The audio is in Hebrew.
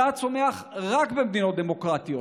מדע צומח רק במדינות דמוקרטיות.